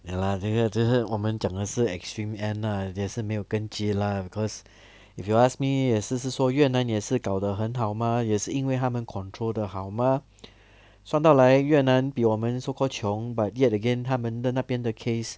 ya lah 这个只是我们讲的是 extreme end lah 也是没有根据 lah because if you ask me 也是是说越南也是搞得很好 mah 也是因为他们 control 的好 mah 算到来越南比我们 so called 穷 but yet again 他们的那边 the case